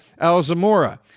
Alzamora